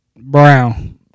Brown